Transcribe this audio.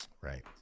Right